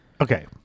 Okay